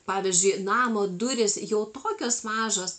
pavyzdžiui namo durys jau tokios mažos